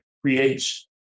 creates